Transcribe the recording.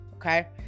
Okay